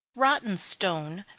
rotten stone,